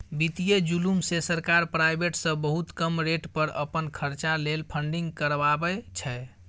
बित्तीय जुलुम मे सरकार प्राइबेट सँ बहुत कम रेट पर अपन खरचा लेल फंडिंग करबाबै छै